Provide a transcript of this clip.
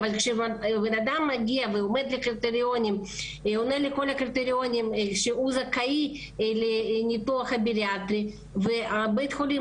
אבל כשאדם עונה לכל הקריטריונים שהוא זכאי לניתוח בריאטרי ובית החולים